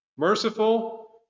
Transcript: Merciful